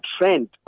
trend